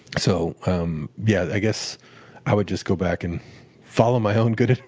so um yeah i guess i would just go back and follow my own good